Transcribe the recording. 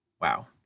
Wow